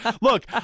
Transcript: Look